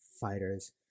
fighters